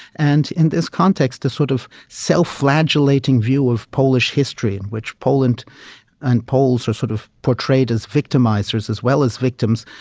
and in this context a sort of self-flagellating view of polish history in which poland and poles are sort of portrayed as victimisers as well as victims.